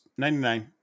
99